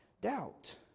doubt